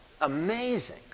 Amazing